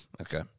Okay